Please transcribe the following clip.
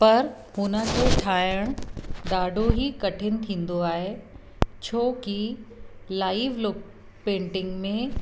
पर हुन खे ठाहिणु ॾाढो ई कठिन थींदो आहे छोकी लाइव लुक पेंटिंग